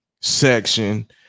section